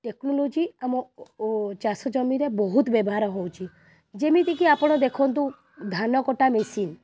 technology ଆମ ଓ ଚାଷ ଜମିଟା ବହୁତ ବ୍ୟବହାର ହେଉଛି ଯେମିତିକି ଆପଣ ଦେଖନ୍ତୁ ଧାନ କଟା ମେସିନ୍